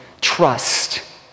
trust